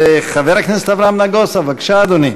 חבר הכנסת אברהם נגוסה, בבקשה, אדוני.